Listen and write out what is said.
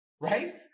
Right